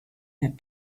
had